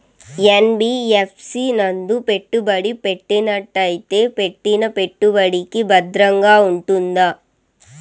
NBFC నందు పెట్టుబడి పెట్టినట్టయితే పెట్టిన పెట్టుబడికి భద్రంగా ఉంటుందా?